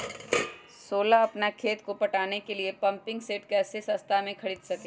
सोलह अपना खेत को पटाने के लिए पम्पिंग सेट कैसे सस्ता मे खरीद सके?